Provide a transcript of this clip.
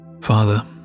Father